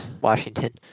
Washington